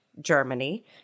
Germany